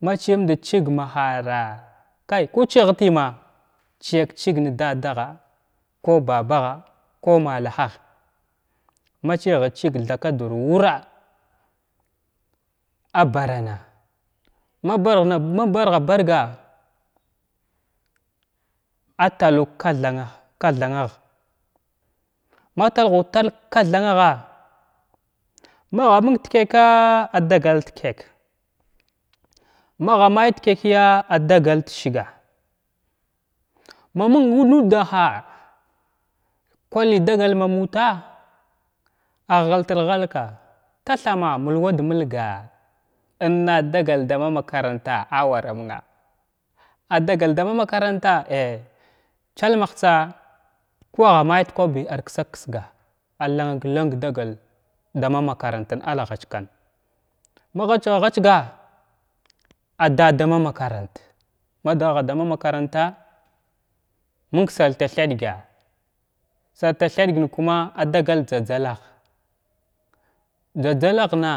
Machiyam ndit ching mahara kay ku chighatay may chiyak chig na dadaha ku babaha ku malahah ma chighət ching thakadur wura a barana’a ma barghən ma barghabarga atatuu ka thang kathangha ma talghu talg ka kathanghaha ma gha mang da ckaka’a adagal cka chak magha may da ckakaya a dagal da sgha ma məng məng mudaha kwaly dagal ma mutha aghal tirghalga rathama mulwadmulgwa innadagal da ma makaranta awara mənga adagal dama makaranta ay tkalmahtsa ku agha may da kwabi arksak-ksga arlannak lang dagalal dama makarantən ar ghackan magha ghachgahar ghechga adadama makaranta ma dgha da ma makaranta məng sarta thəɗga sarta thəlgən kuma adagal d jzajzalla jzajzallaghna